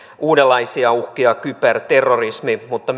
uudenlaisia uhkia kyberterrorismi mutta